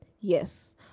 yes